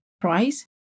price